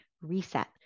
reset